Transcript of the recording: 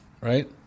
Right